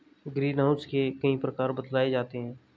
green house के कई प्रकार बतलाए जाते हैं